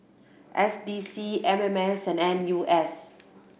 S D C M M S and N U S